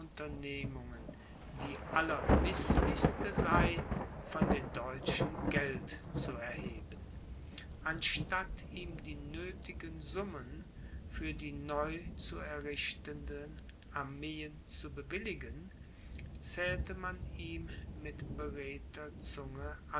unternehmungen die allermißlichste sei von den deutschen geld zu erheben anstatt ihm die nöthigen summen für die neu zu errichtenden armeen zu bewilligen zählte man ihm mit beredter zunge